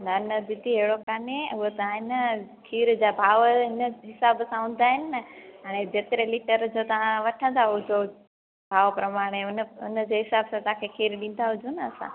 न न दीदी अहिड़ो कान्हे उहो तव्हां आहे न खीरु जा भाव हिन हिसाबु सां हूंदा आहिनि न हाणे जेतिरे लीटर जो तव्हां वठंदा हुजो भाव प्रमाणे हुन हुन जे हिसाबु सां तव्हांखे खीरु ॾींदा हुजूं न असां